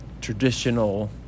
traditional